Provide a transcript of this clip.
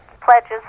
pledges